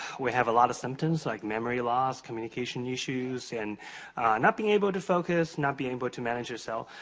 we have a lot of symptoms like memory loss, communication issues, and not being able to focus, not being able to manage yourself,